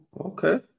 okay